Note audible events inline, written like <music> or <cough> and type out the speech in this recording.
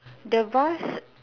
the vase <noise>